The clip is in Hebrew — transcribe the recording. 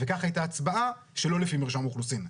וכך הייתה הצבעה שלא לפי מרשם אוכלוסין.